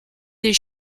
des